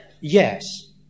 yes